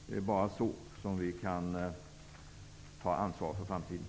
Det är bara på detta sätt som vi kan ta ansvar för framtiden.